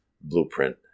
blueprint